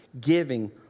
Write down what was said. giving